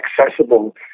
accessible